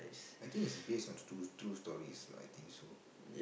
I think it's based on true true stories I think so